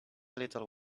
little